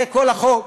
זה כל החוק,